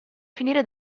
finire